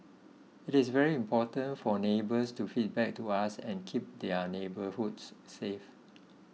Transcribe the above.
it is very important for neighbours to feedback to us and keep their neighbourhoods safe